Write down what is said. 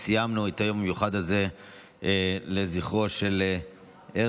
סיימנו את היום המיוחד הזה לזכרו של הרצל,